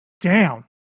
down